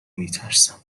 میترسم